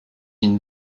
une